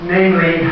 Namely